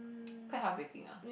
quite heart breaking ah